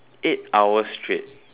eight hours straight